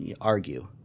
argue